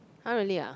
!huh! really ah